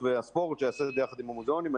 והספורט שייעשה את זה ביחד עם המוזיאונים.